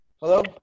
hello